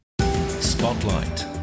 Spotlight